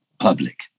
Public